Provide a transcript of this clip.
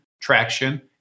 traction